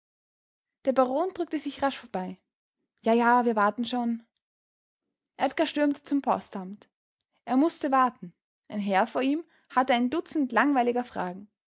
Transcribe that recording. der baron drückte sich rasch vorbei ja ja wir warten schon edgar stürmte zum postamt er mußte warten ein herr vor ihm hatte ein dutzend langweiliger fragen